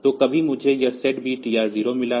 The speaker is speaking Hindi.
तो कहीं मुझे यह SETB TR0 मिला है